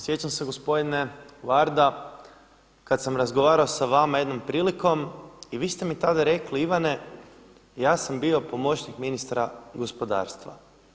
Sjećam se gospodine Varda kad sam razgovarao sa vama jednom prilikom i vi ste mi tada rekli Ivane ja sam bio pomoćnik ministra gospodarstva.